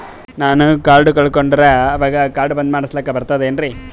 ನಾನು ಕಾರ್ಡ್ ಕಳಕೊಂಡರ ಅವಾಗ ಕಾರ್ಡ್ ಬಂದ್ ಮಾಡಸ್ಲಾಕ ಬರ್ತದೇನ್ರಿ?